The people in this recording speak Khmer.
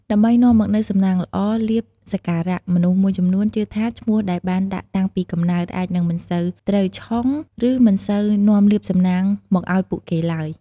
ដើម្បីនាំមកនូវសំណាងល្អ លាភ សក្ការៈ មនុស្សមួយចំនួនជឿថាឈ្មោះដែលបានដាក់តាំងពីកំណើត អាចនឹងមិនសូវត្រូវឆុង ឬមិនសូវនាំលាភសំណាងមកឲ្យពួកគេឡើយ។